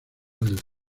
del